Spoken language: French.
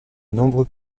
nombreux